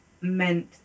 meant